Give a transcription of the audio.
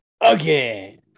again